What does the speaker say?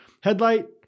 Headlight